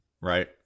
right